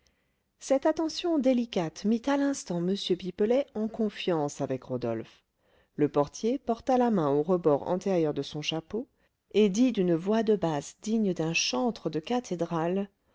cette attention délicate mit à l'instant m pipelet en confiance avec rodolphe le portier porta la main au rebord antérieur de son chapeau et dit d'une voix de basse digne d'un chantre de cathédrale